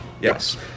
Yes